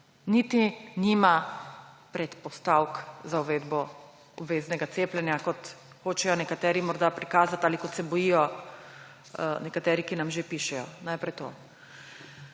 niti nima predpostavk za uvedbo obveznega cepljenja, kot hočejo nekateri morda prikazati ali kot se bojijo nekateri, ki nam že pišejo. Najprej to.